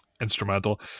instrumental